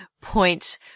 point